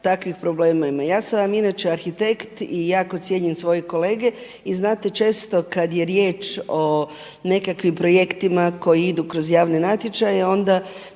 takvih problema ima. Ja sam vam inače arhitekt i jako cijenim svoje kolege i znate često kad je riječ o nekakvim projektima koji idu kroz javne natječaje, onda